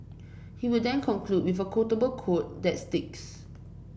he will then conclude with a quotable quote that sticks